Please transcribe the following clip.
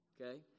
Okay